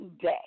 Day